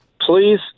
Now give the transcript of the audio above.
Please